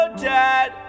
dad